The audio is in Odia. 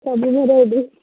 ସବୁ